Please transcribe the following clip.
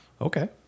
okay